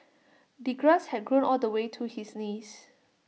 the grass had grown all the way to his knees